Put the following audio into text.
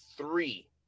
three